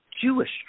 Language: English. Jewish